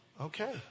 okay